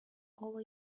over